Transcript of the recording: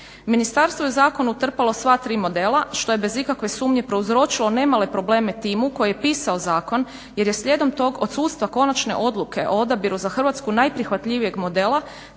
Ministarstvo je u zakon utrpalo sva tri modela što je bez ikakve sumnje prouzročilo nemale probleme timu koji je pisao zakon jer je slijedom tog odsustava konačne odluke o odabiru za Hrvatsku najprihvatljivijeg modela